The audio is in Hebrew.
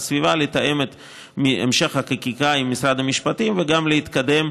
הסביבה לתאם את המשך החקיקה עם משרד המשפטים וגם להתקדם,